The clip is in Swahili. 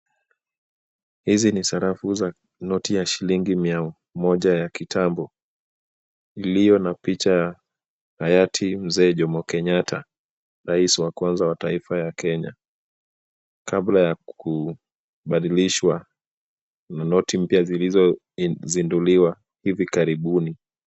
Hizi ni sarafu za noti ya shilingi mia moja ya kitambo, iliyo na picha ya hayati Mzee Jomo Kenyatta, rais wa kwanza wataifa ya Kenya, kabla ya kubadilishwa na noti mpya zilizozinduliwa hivi karibuni.